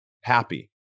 happy